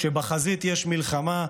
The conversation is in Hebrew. כשבחזית יש מלחמה,